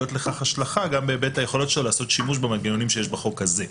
לכך השלכה גם בהיבט היכולות שלו לעשות שימוש במנגנונים שיש בחוק הזה.